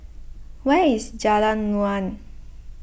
where is Jalan Naung